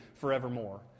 forevermore